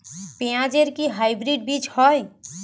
পেঁয়াজ এর কি হাইব্রিড বীজ হয়?